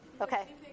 Okay